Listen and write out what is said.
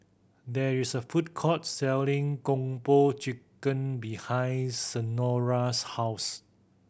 there is a food court selling Kung Po Chicken behind Senora's house